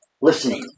listening